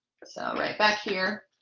so right back here